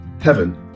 heaven